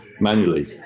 manually